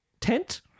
tent